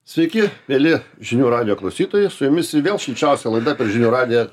sveiki mieli žinių radijo klausytojai su jumis vėl šilčiausia laida per žinių radiją